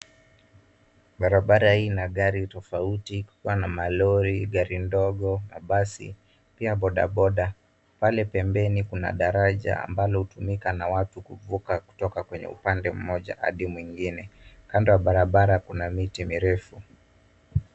Barabara hii ina gari tofauti kama malori, gari ndogo na basi pia bodaboda. Pale pembeni kuna daraja ambalo hutumika na watu kuvuka kutoka kwenye upande mmoja hadi mwingine. Kando ya barabara kuna miti mirefu.